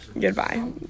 Goodbye